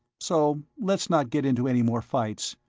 so let's not get into any more fights.